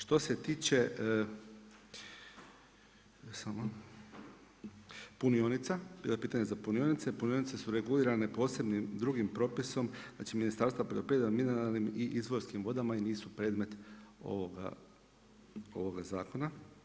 Što se tiče punionica, pitanje za punionice, punionice su regulirane posebnim drugim propisom, znači Ministarstva poljoprivrede o mineralnim i izvorskim vodama i nisu predmet ovoga zakona.